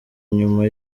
nyuma